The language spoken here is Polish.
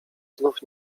znów